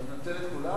אתה מנצל את כולן?